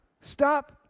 Stop